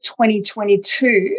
2022